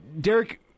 Derek